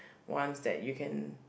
wants that you can